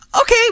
Okay